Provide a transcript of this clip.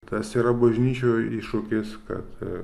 tas yra bažnyčioje iššūkis kad a